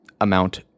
amount